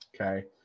Okay